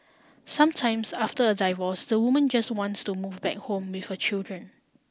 sometimes after a divorce the woman just wants to move back home with her children